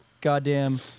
goddamn